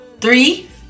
three